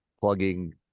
plugging